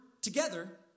together